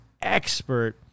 expert